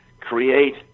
create